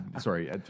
Sorry